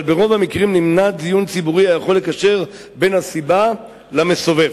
אבל ברוב המקרים נמנע דיון ציבורי היכול לקשר בין הסיבה והמסובב".